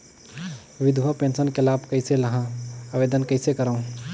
विधवा पेंशन के लाभ कइसे लहां? आवेदन कइसे करव?